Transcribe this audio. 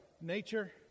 nature